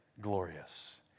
glorious